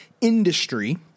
industry